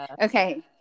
Okay